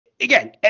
again